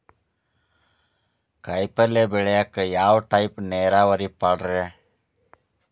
ಕಾಯಿಪಲ್ಯ ಬೆಳಿಯಾಕ ಯಾವ ಟೈಪ್ ನೇರಾವರಿ ಪಾಡ್ರೇ?